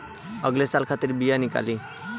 अगले साल खातिर बियाज निकली